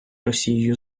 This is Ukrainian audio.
росією